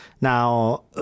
Now